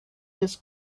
his